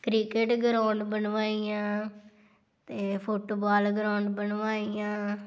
cricket ground ਬਣਵਾਈਆਂ ਅਤੇ football ground ਬਣਵਾਈਆਂ